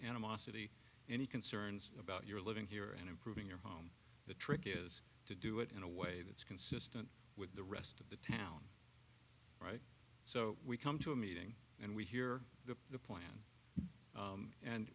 animosity any concerns about your living here and improving your home the trick is to do it in a way that's consistent with the rest of the town right so we come to a meeting and we hear the